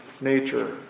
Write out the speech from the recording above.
nature